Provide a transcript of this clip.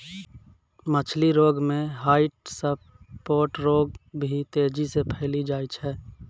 मछली रोग मे ह्वाइट स्फोट रोग भी तेजी से फैली जाय छै